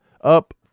up